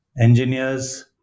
engineers